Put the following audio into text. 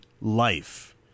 life